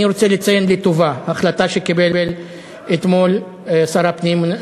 אני רוצה לציין לטובה החלטה שקיבל אתמול שר הפנים,